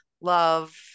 love